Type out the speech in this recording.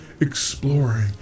exploring